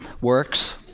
Works